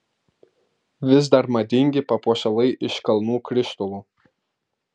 vis dar madingi papuošalai iš kalnų krištolų